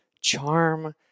charm